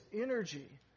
energy